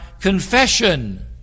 confession